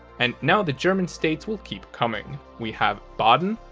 and now the german states will keep coming. we have baden,